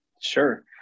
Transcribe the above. Sure